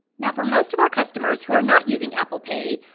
now for most of our customers who are not using apple pay,